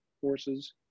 forces